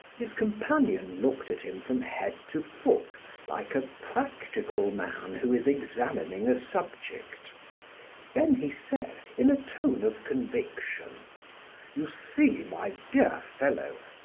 his companion looked at him from head to foot like a practical man who is examining a subject then he said, in a tone of conviction you see, my dear fellow,